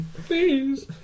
Please